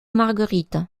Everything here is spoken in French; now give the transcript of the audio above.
marguerite